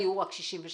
היו רק 63?